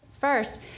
First